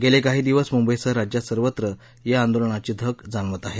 गेले काही दिवस मुंबईसह राज्यात सर्वत्र या आंदोलनाची धग जाणवत आहे